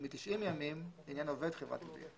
ומ-90 ימים, לעניין עובד חברת גבייה,